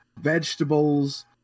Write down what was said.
vegetables